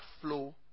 flow